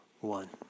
one